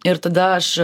ir tada aš